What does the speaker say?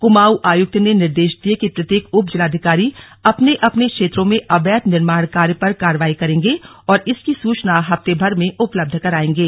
कुमाऊं आयुक्त ने निर्देश दिए कि प्रत्येक उपजिलाधिकारी अपने अपने क्षेत्रों में अवैध निर्माण कार्य पर कार्रवाई करेंगे और इसकी सूचना हफ्तेभर में उपलब्ध कराएंगे